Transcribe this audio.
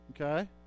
Okay